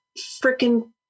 freaking